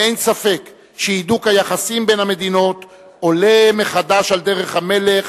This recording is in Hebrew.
ואין ספק שהידוק היחסים בין המדינות עולה מחדש על דרך המלך,